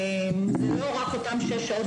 אלה לא רק אותן 6 שעות.